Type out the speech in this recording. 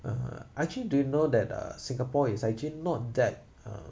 uh actually do you know that uh singapore is actually not that uh